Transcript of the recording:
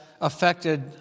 affected